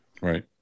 Right